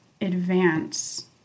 advance